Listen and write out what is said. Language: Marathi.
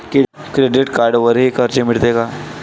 क्रेडिट कार्डवरही कर्ज मिळते का?